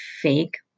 fake